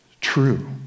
true